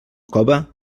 cove